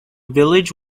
village